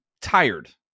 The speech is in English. tired